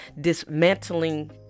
dismantling